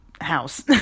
house